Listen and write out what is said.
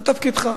זה תפקידך.